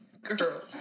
girl